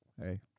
hey